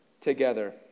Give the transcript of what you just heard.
together